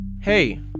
Hey